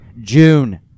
June